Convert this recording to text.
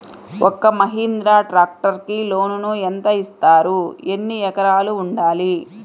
ఒక్క మహీంద్రా ట్రాక్టర్కి లోనును యెంత ఇస్తారు? ఎన్ని ఎకరాలు ఉండాలి?